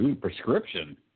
prescription